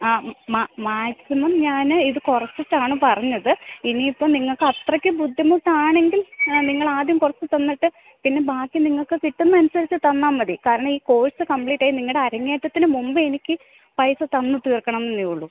ആ മാക്സിമം ഞാൻ ഇത് കുറച്ചിട്ടാണ് പറഞ്ഞത് ഇനി ഇപ്പം നിങ്ങൾക്ക് അത്രയ്ക്ക് ബുദ്ധിമുട്ടാണെങ്കിൽ നിങ്ങൾ ആദ്യം കുറച്ച് തന്നിട്ട് പിന്നെ ബാക്കി നിങ്ങൾക്ക് കിട്ടുന്നത് അനുസരിച്ച് തന്നാൽ മതി കാരണം ഈ കോഴ്സ് കംപ്ലീറ്റായി നിങ്ങളുടെ അരങ്ങേറ്റത്തിന് മുമ്പ് എനിക്ക് പൈസ തന്നു തീർക്കണം എന്നേ ഉള്ളു